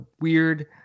weird